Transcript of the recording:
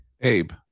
Abe